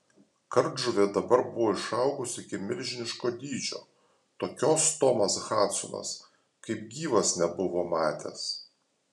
kardžuvė dabar buvo išaugus iki milžiniško dydžio tokios tomas hadsonas kaip gyvas nebuvo matęs